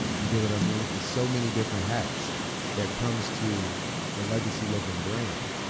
you get what i mean? it's so many different hats that comes to the legacy living brand.